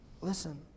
Listen